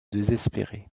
désespérés